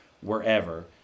wherever